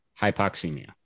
hypoxemia